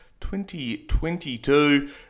2022